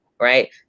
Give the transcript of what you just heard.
right